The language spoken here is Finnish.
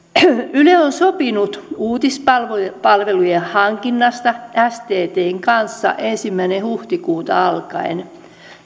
yle on sopinut uutispalvelujen hankinnasta sttn kanssa ensimmäinen huhtikuuta alkaen